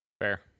Fair